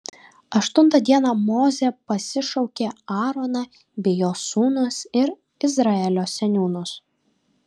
aštuntą dieną mozė pasišaukė aaroną bei jo sūnus ir izraelio seniūnus